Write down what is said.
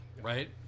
right